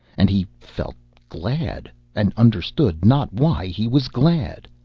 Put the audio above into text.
and he felt glad, and understood not why he was glad.